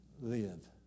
live